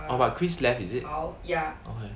oh but kris left is it okay